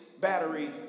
battery